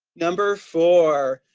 number four,